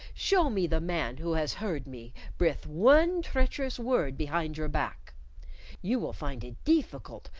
show me the man who has heard me brith one treacherous word behind your back you will find it deeficult,